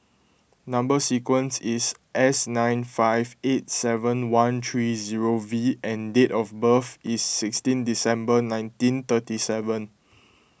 Number Sequence is S nine five eight seven one three zero V and date of birth is sixteen December nineteen thirty seven